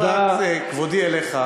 מפאת כבודי אליך, חבר